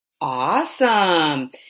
Awesome